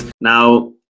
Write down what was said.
Now